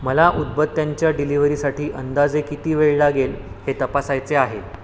मला उदबत्त्यांच्या डिलिव्हरीसाठी अंदाजे किती वेळ लागेल हे तपासायचे आहे